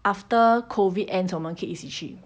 after COVID ends 我们可以一起去